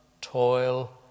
toil